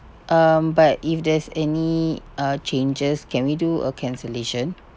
um but if there's any uh changes can we do a cancellation